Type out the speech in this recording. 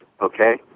Okay